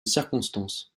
circonstances